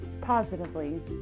positively